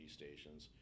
stations